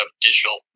digital